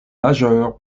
majeur